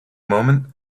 moment